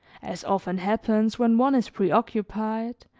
as often happens when one is preoccupied,